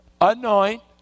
anoint